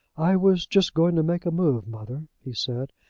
i was just going to make a move, mother, he said,